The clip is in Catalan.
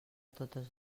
totes